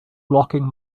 blocking